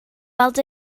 weld